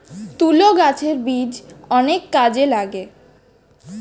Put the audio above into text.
তুলো গাছের বীজ অনেক কাজে লাগে